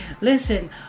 listen